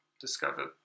discovered